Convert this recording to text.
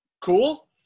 Cool